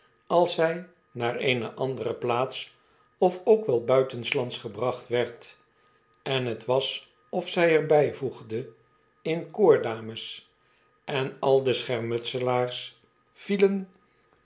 als zij naar eene andere plaats of ook wel buitenslands gebracht werd en t was of zij er bijvoegde in koor dames en al de schermutselaars vielen